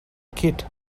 kit